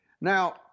Now